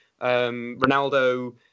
Ronaldo